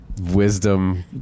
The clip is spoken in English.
wisdom